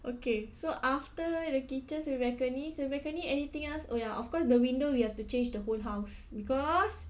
okay so after the kitchen so balcony so balcony anything else oh ya of course the window we have to change the whole house because